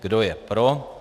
Kdo je pro?